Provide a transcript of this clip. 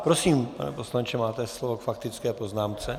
Prosím, pane poslanče, máte slovo k faktické poznámce.